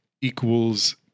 equals